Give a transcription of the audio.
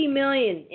million